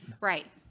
Right